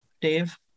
Dave